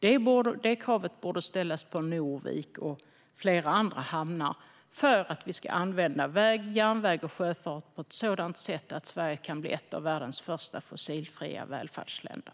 Detta krav borde ställas på Norvik och flera andra hamnar för att vi ska använda väg, järnväg och sjöfart på ett sådant sätt att Sverige kan bli ett av världens första fossilfria välfärdsländer.